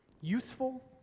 useful